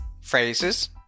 phrases